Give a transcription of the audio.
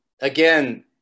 again